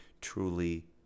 truly